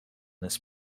this